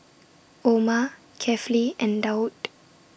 Omar Kefli and Daud